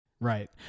right